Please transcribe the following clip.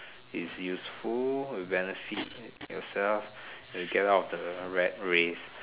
is useful benefit yourself and get out of the rat race